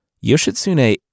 Yoshitsune